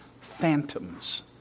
phantoms